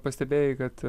pastebėjai kad